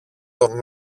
τον